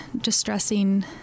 distressing